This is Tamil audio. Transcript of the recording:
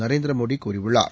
நரேந்திரமோடி கூறியுள்ளார்